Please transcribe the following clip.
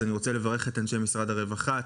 אני רוצה לברך את אנשי משרד הרווחה.